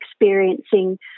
experiencing